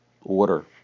order